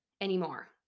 anymore